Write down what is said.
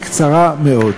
היא קצרה מאוד.